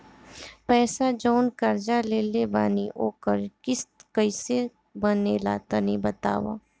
पैसा जऊन कर्जा लेले बानी ओकर किश्त कइसे बनेला तनी बताव?